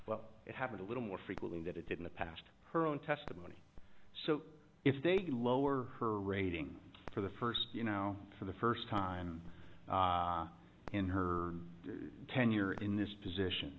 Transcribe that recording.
but it happened a little more frequently that it did in the past her own testimony so if they lower her rating for the first you know for the first time in her tenure in this position